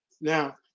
Now